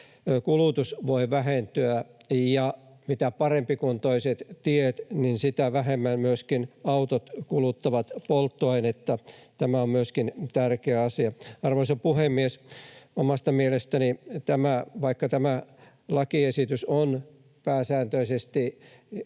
järjestelmien myötä. Ja mitä parempikuntoiset tiet, sitä vähemmän myöskin autot kuluttavat polttoainetta. Myöskin tämä on tärkeä asia. Arvoisa puhemies! Omasta mielestäni — vaikka tämä lakiesitys on pääsääntöisesti aivan